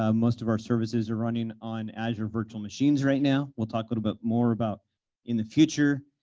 ah most of our services are running on azure virtual machines right now. we'll talk a little bit more about in the future,